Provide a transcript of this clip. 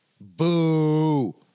Boo